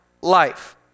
life